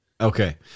Okay